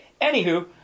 Anywho